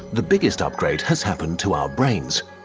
the biggest upgrade has happened to our brains.